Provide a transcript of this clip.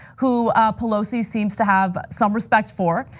who pelosi seems to have some respect for.